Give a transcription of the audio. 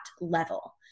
level